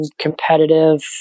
competitive